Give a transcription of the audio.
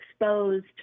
exposed